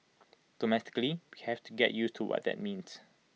domestically we have to get used to what that means